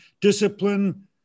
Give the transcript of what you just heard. discipline